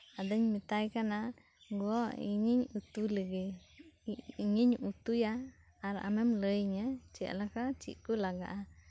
ᱟᱫᱚᱧ ᱢᱮᱛᱟᱭ ᱠᱟᱱᱟ ᱜᱚ ᱤᱧ ᱤᱧ ᱩᱛᱩ ᱞᱮᱜᱮ ᱤᱧᱤᱧ ᱩᱛᱩᱭᱟ ᱟᱨ ᱟᱢᱮᱢ ᱞᱟᱹᱭ ᱤᱧᱟᱹ ᱪᱮᱫ ᱞᱮᱠᱟ ᱪᱮᱫ ᱠᱚ ᱞᱟᱜᱟᱜᱼᱟ